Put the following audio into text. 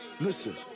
Listen